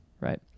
right